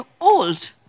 old